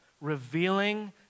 revealing